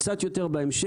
קצת יותר בהמשך,